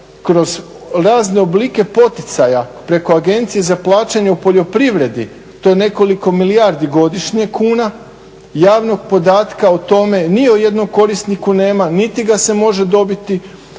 kroz razne oblike poticaja preko Agencije za plaćanje u poljoprivredi, to je nekoliko milijardi godišnje kuna, javnog podatka o tome ni o jednom korisniku nema niti ga se može dobiti,